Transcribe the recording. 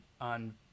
on